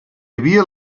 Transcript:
havia